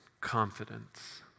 confidence